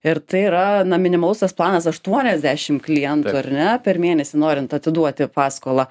ir tai yra na minimalus tas planas aštuoniasdešimt klientų ar ne per mėnesį norint atiduoti paskolą